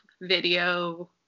video